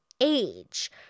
age